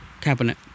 cabinet